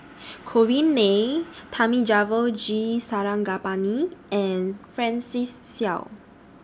Corrinne May Thamizhavel G Sarangapani and Francis Seow